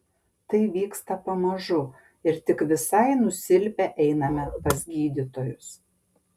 tai vyksta pamažu ir tik visai nusilpę einame pas gydytojus